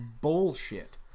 bullshit